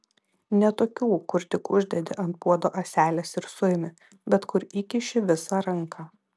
ne tokių kur tik uždedi ant puodo ąselės ir suimi bet kur įkiši visą ranką